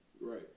right